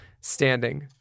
standing